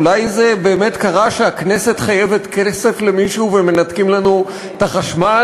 אולי זה באמת קרה שהכנסת חייבת כסף למישהו ומנתקים לנו את החשמל?